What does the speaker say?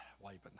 wiping